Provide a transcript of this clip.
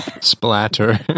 Splatter